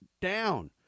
down